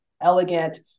elegant